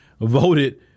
voted